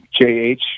JH